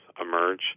emerge